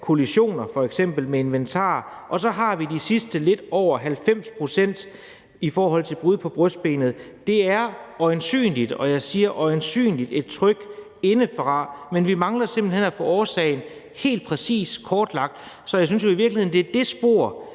kollisioner med f.eks. inventar, og så har vi de sidste lidt over 90 pct. af brud på brystbenet. De skyldes øjensynlig – og jeg siger øjensynlig – et tryk indefra, men vi mangler simpelt hen at få årsagen kortlagt præcist. Så jeg synes jo i virkeligheden, at det spor,